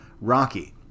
Rocky